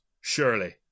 surely